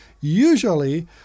Usually